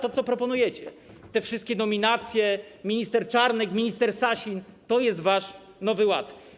To, co proponujecie, te wszystkie nominacje, minister Czarnek, minister Sasin - to jest wasz nowy ład.